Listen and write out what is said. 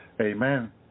Amen